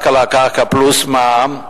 רק על הקרקע פלוס מע"מ.